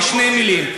שתי מילים.